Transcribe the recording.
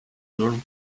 learn